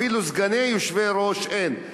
אפילו סגני יושבי-ראש אין.